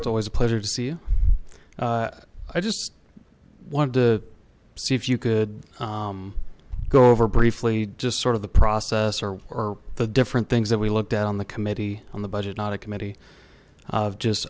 it's always a pleasure to see you i just wanted to see if you could go over briefly just sort of the process or the different things that we looked at on the committee on the budget not a committee of just